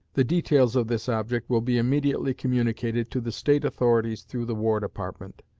the details of this object will be immediately communicated to the state authorities through the war department.